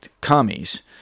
commies